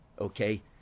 Okay